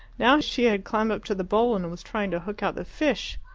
now she had climbed up to the bowl and was trying to hook out the fish.